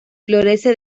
florece